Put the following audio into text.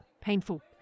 painful